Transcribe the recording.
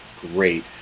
great